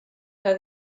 que